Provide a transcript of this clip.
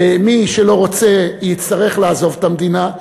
ומי שלא רוצה יצטרך לעזוב את המדינה,